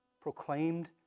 proclaimed